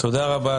תודה רבה,